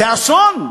זה אסון.